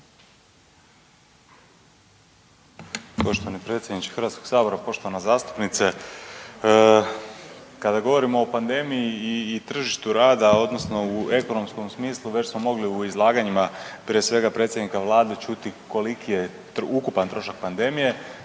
Poštovani predsjedniče Hrvatskog sabora, poštovana zastupnice kada govorimo o pandemiji i tržištu rada odnosno u ekonomskom smislu već smo mogli u izlaganjima prije svega predsjednika Vlade čuti koliki je ukupan trošak pandemije.